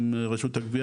עם רשות הגבייה,